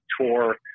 tour